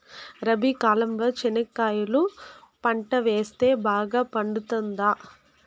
రబి కాలంలో చెనక్కాయలు పంట వేస్తే బాగా పండుతుందా?